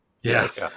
Yes